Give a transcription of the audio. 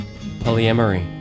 polyamory